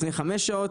לפני 5 שעות,